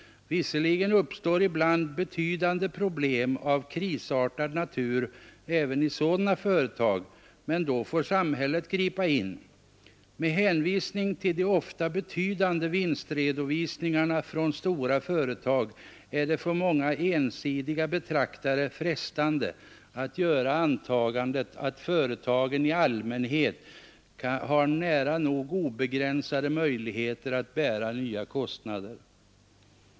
Visserligen uppstår ibland betydande problem av krisartad natur även i sådana företag, men då får samhället gripa in. Med hänvisning till de ofta betydande vinstredovisningarna från stora företag är det för många ensidiga betraktare frestande att göra antagandet, att företagen i allmänhet har nära nog obegränsade möjligheter att bära nya kostnader.